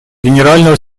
генерального